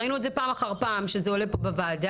ראינו את זה פעם אחר פעם שזה עולה פה בוועדה.